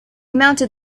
mounted